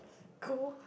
cool